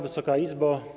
Wysoka Izbo!